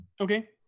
Okay